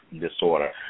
disorder